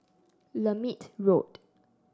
Lermit Road